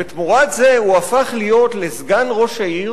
ותמורת זה הוא הפך להיות לסגן ראש העיר